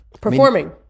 performing